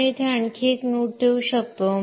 आपण येथे आणखी एक नोड देऊ शकतो